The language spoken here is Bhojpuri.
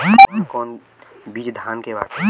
कौन कौन बिज धान के बाटे?